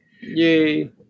Yay